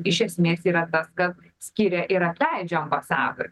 iš esmės yra tas kad skiria ir atleidžia ambasadorius